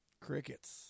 Crickets